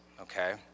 okay